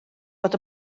bod